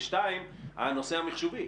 ודבר שני, הנושא המחשובי.